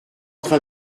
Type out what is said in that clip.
train